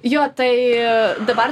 jo tai dabar